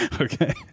Okay